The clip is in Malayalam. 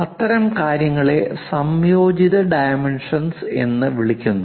അത്തരം കാര്യങ്ങളെ സംയോജിത ഡൈമെൻഷൻസ് എന്ന് വിളിക്കുന്നു